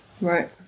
Right